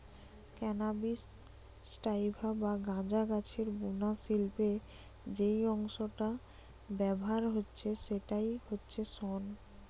cannabis sativa বা গাঁজা গাছের বুনা শিল্পে যেই অংশটা ব্যাভার হচ্ছে সেইটা হচ্ছে শন